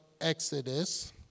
exodus